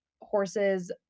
horses